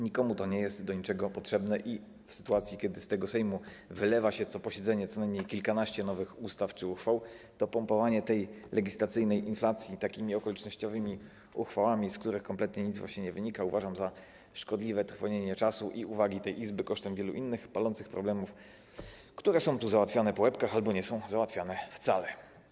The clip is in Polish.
Nikomu to nie jest do niczego potrzebne i w sytuacji, kiedy z Sejmu wylewa się co posiedzenie co najmniej kilkanaście nowych ustaw czy uchwał, to pompowanie legislacyjnej inflacji takimi okolicznościowymi uchwałami, z których kompletnie nic właśnie nie wynika, uważam za szkodliwe trwonienie czasu i uwagi tej Izby kosztem wielu innych palących problemów, które są tu załatwiane po łebkach albo nie są załatwiane wcale.